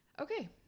Okay